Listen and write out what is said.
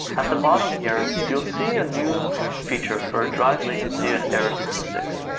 at the bottom here, you'll see a new feature for drive latency and error statistics.